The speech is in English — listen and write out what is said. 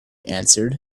answered